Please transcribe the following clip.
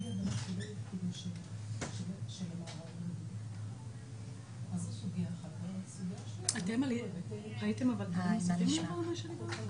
ויש כל מיני דרכים להעביר או בלא לכלול